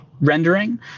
rendering